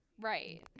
Right